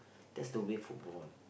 that's the way football